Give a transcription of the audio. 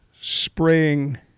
Spraying